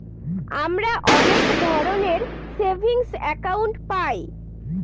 আমরা অনেক ধরনের সেভিংস একাউন্ট পায়